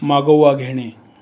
मागोवा घेणे